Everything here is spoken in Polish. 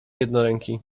jednoręki